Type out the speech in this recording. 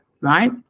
right